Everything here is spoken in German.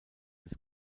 des